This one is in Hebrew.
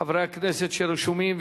חברי הכנסת שרשומים,